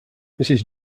mrs